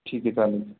ठीक आहे चालेल